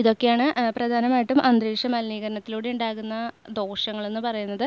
ഇതൊക്കെയാണ് പ്രധാനമായിട്ടും അന്തരീക്ഷ മലിനീകരണത്തിലൂടെ ഉണ്ടാകുന്ന ദോഷങ്ങളെന്ന് പറയുന്നത്